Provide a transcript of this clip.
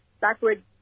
backward